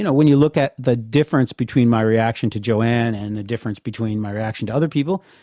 you know when you look at the difference between my reaction to joanne and the difference between my reaction to other people,